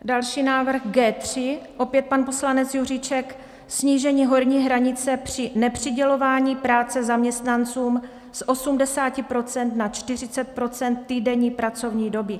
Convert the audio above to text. Další návrh G3, opět pan poslanec Juříček, snížení horní hranice při nepřidělování práce zaměstnancům z 80 % na 40 % týdenní pracovní doby.